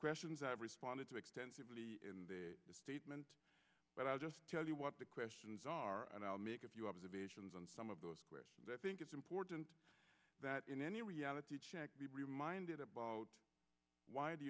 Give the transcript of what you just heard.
ressions i've responded to extensively in the statement but i'll just tell you what the questions are and i'll make a few observations on some of those that think it's important that in any reality check be reminded about why the